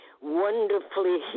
wonderfully